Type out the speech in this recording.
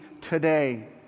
today